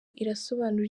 irasobanura